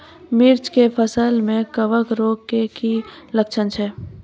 मिर्ची के फसल मे कवक रोग के की लक्छण छै?